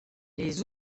les